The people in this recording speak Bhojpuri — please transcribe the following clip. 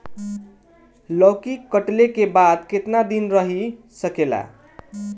लौकी कटले के बाद केतना दिन रही सकेला?